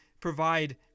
provide